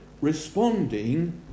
responding